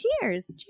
cheers